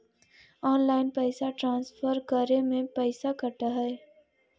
Online पैसा transfer करे में पैसा कटा है?